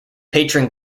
patron